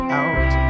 out